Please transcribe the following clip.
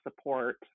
support